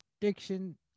Diction